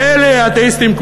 ואלה האתאיסטים,